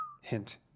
Hint